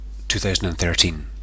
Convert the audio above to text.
2013